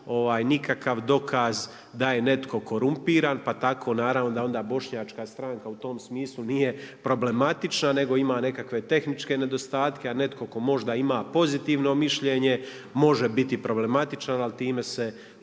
nikakav dokaz da je netko korumpiran, pa tako naravno da onda Bošnjačka stranka u tom smislu nije problematična nego ima nekakve nedostatke. A netko tko možda ima pozitivno mišljenje može biti problematičan, ali time se ovo